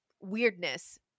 weirdness